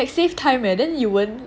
like save time leh then you won't